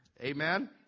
Amen